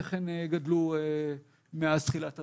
איך הן גדלו מאז תחילת הרפורמה.